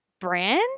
Brand